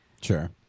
Sure